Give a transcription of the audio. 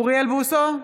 אוריאל בוסו,